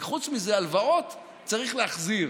וחוץ מזה, הלוואות צריך להחזיר.